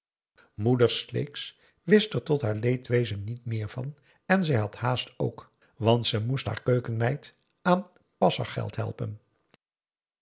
moeder sleeks wist er tot haar leedwezen niet meer van en zij had haast ook want ze moest haar keukenmeid aan passargeld helpen